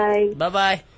Bye-bye